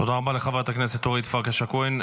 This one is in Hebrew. תודה רבה לחברת הכנסת אורית פרקש הכהן.